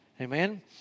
Amen